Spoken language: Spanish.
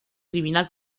criminal